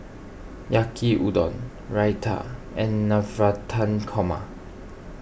Yaki Udon Raita and Navratan Korma